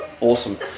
awesome